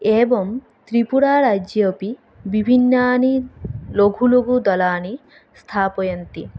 एवं त्रिपुराराज्ये अपि विभिन्नानि लघुलघुदलाणि स्थापयन्ति